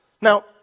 Now